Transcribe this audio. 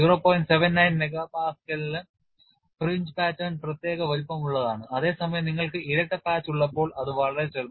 79 MPa ന് fringe pattern പ്രത്യേക വലുപ്പമുള്ളതാണ് അതേസമയം നിങ്ങൾക്ക് ഇരട്ട പാച്ച് ഉള്ളപ്പോൾ ഇത് വളരെ ചെറുതാണ്